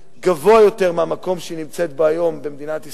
גבוה יותר מהמקום שהיא נמצאת בו היום במדינת ישראל,